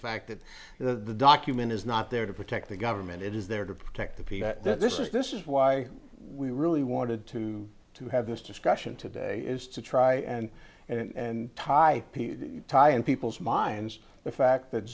fact that the document is not there to protect the government it is there to protect the people this is this is why we really wanted to to have this discussion today is to try and and tie the tie in people's minds the fact that